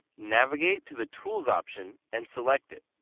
navigate to the tools option and select it.